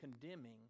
condemning